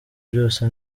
byose